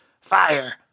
fire